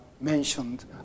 mentioned